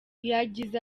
yagize